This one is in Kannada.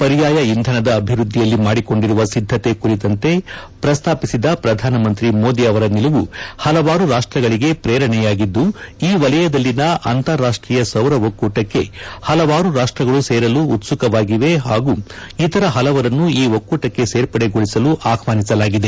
ಪರ್ಯಾಯ ಇಂಧನದ ಅಭಿವೃದ್ದಿಯಲ್ಲಿ ಮಾಡಿಕೊಂಡಿರುವ ಸಿದ್ದತೆ ಕುರಿತಂತೆ ಪ್ರಸ್ತಾಪಿಸಿದ ಪ್ರಧಾನ ಮಂತ್ರಿ ಮೋದಿ ಅವರ ನಿಲುವು ಹಲವಾರು ರಾಷ್ಟ್ಗಳಿಗೆ ಪ್ರೇರಣೆಯಾಗಿದ್ದು ಈ ವಲಯದಲ್ಲಿನ ಅಂತಾರಾಷ್ಟೀಯ ಸೌರ ಒಕ್ಕೂ ಟಕ್ಕೆ ಹಲವಾರು ರಾಷ್ಟ್ಗಳು ಸೇರಲು ಉತ್ಸು ಕವಾಗಿವೆ ಹಾಗೂ ಇತರ ಹಲವರನ್ನು ಈ ಒಕ್ಕೂಟಕ್ಕೆ ಸೇರ್ಪಡೆಗೊಳಿಸಲು ಆಹ್ವಾನಿಸಲಾಗಿದೆ